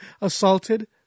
assaulted